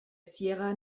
sierra